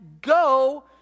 go